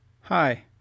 Hi